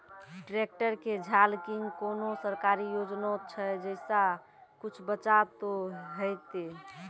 Tractor के झाल किंग कोनो सरकारी योजना छ जैसा कुछ बचा तो है ते?